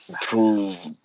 prove